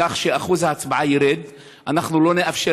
כך שאחוז ההצבעה ירד ואנחנו לא נאפשר